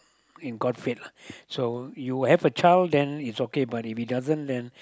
in god fate lah so you have a child then it's okay but if it doesn't then